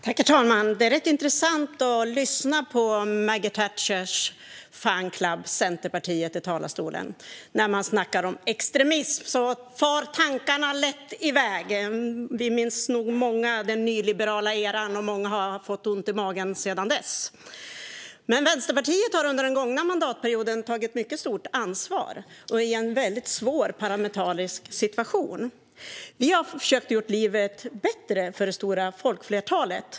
Herr talman! Det är intressant att lyssna på Maggie Thatchers fan club Centerpartiet i talarstolen. När ni snackar om extremism far tankarna lätt iväg. Vi är nog många som minns den nyliberala eran, och många har haft ont i magen sedan dess. Vänsterpartiet har under den gångna mandatperioden och i en svår parlamentarisk situation tagit stort ansvar. Vi har försökt att göra livet bättre för det stora folkflertalet.